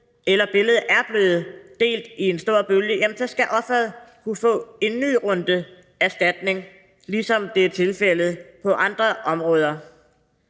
eller billedet er blevet delt i en stor bølge, så skal kunne få en ny runde erstatning, ligesom det er tilfældet på andre områder.